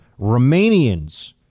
Romanians